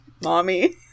mommy